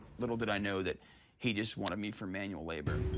little did i know that he just wanted me for manual labor.